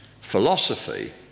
philosophy